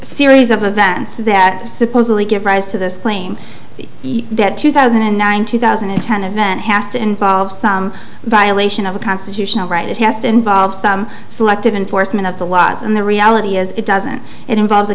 series of events that supposedly give rise to this claim that two thousand and nine two thousand and ten event has to involve some violation of a constitutional right it has to involve some selective enforcement of the lot and the reality is it doesn't it involves a